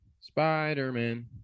Spider-Man